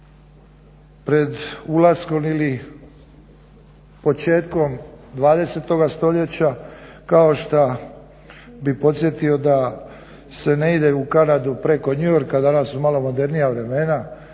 pred ulaskom ili početkom 20. st. kao šta bi podsjetio da se ne ide u Kanadu preko New Yorka, danas su malo modernija vremena,